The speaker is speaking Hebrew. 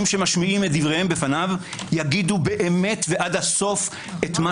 שמשמיעים את דבריהם בפניו יגידו באמת ועד הסוף את מה